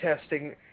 testing